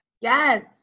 Yes